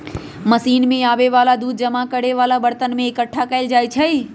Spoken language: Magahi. मशीन से आबे वाला दूध जमा करे वाला बरतन में एकट्ठा कएल जाई छई